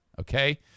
okay